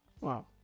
Wow